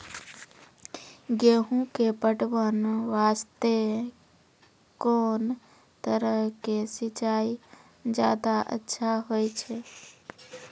गेहूँ के पटवन वास्ते कोंन तरह के सिंचाई ज्यादा अच्छा होय छै?